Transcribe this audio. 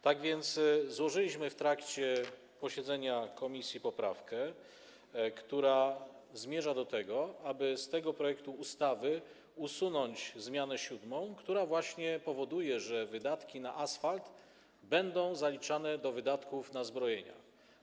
Tak więc złożyliśmy w trakcie posiedzenia komisji poprawkę, która zmierza do tego, aby z tego projektu ustawy usunąć zmianę 7., która właśnie powoduje, że wydatki na asfalt będą zaliczane do wydatków na zbrojenia.